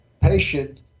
patient